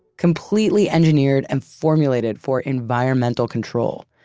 completely engineered and formulated for environmental control,